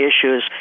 issues